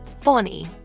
funny